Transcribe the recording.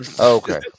Okay